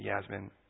Yasmin